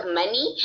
money